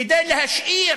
כדי להשאיר